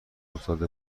افتاده